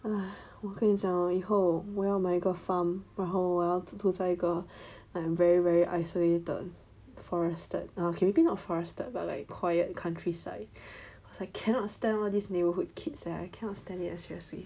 !aiya! 我跟你讲 hor 以后我要买一个 farm 然后我要住在一个 very very isolated forested ok maybe not forested but like quiet countryside I cannot stand all this neighborhood kids leh I cannot stand it eh seriously